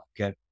Okay